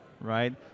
right